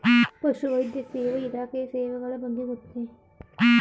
ಪಶುವೈದ್ಯ ಸೇವಾ ಇಲಾಖೆಯ ಸೇವೆಗಳ ಬಗ್ಗೆ ಗೊತ್ತೇ?